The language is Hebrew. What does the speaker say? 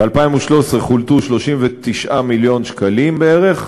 ב-2013 חולטו 39 מיליון שקלים בערך,